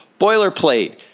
boilerplate